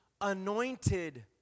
anointed